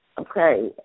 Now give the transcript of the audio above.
okay